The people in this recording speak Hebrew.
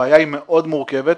הבעיה היא מאוד מורכבת.